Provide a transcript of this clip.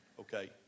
okay